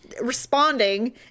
responding